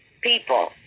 people